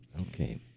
Okay